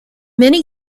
many